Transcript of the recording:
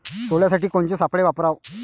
सोल्यासाठी कोनचे सापळे वापराव?